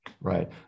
Right